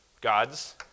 gods